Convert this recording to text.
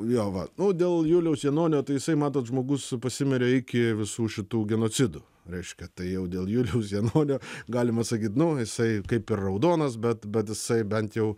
jo va nu dėl juliaus janonio tai jisai matot žmogus pasimirė iki visų šitų genocidų reiškia tai jau dėl juliaus janonio galima sakyt nu jisai kaip ir raudonas bet bet jisai bent jau